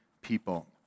people